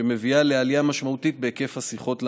שמביאה לעלייה משמעותית בהיקף השיחות למוקד.